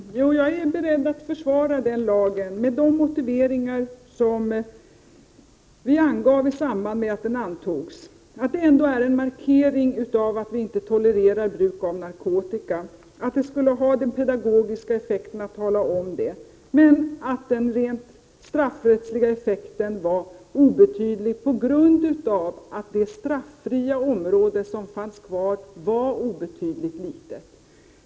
Herr talman! Jo, jag är beredd att försvara lagen med de motiveringar som vi angav isamband med att den antogs, nämligen att det ändå är en markering av att vi inte tolererar bruk av narkotika, att det skulle ha en pedagogisk effekt att tala om det, men att den rent straffrättsliga effekten var obetydlig på grund av att det straffria område som fanns kvar var obetydligt litet.